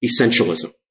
essentialism